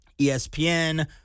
ESPN+